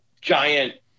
giant